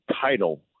title